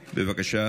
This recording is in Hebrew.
בבקשה.